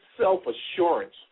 self-assurance